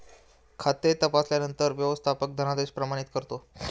खाते तपासल्यानंतर व्यवस्थापक धनादेश प्रमाणित करतो